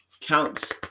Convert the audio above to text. counts